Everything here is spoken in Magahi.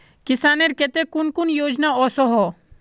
किसानेर केते कुन कुन योजना ओसोहो?